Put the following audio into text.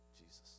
Jesus